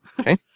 Okay